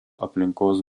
aplinkos